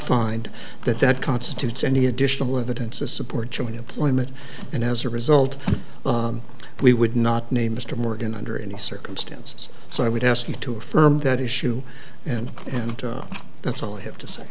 find that that constitutes any additional evidence to support you in employment and as a result we would not name mr morgan under any circumstances so i would ask you to affirm that issue and and that's all i have to say